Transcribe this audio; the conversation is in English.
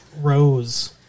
Rose